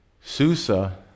Susa